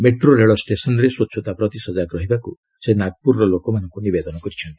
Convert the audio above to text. metro ରେଳ ଷ୍ଟେସନରେ ସ୍ୱଚ୍ଛତା ପ୍ରତି ସଜାଗ ରହିବାକୁ ସେ ନାଗପୁରର ଲୋକମାନଙ୍କୁ ନିବେଦନ କରିଛନ୍ତି